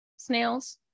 snails